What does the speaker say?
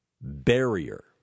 barrier